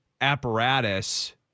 apparatus